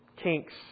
kinks